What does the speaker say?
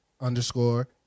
underscore